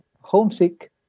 homesick